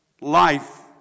Life